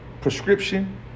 prescription